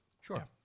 Sure